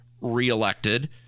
reelected